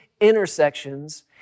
intersections